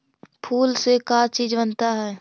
फूल से का चीज बनता है?